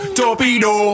torpedo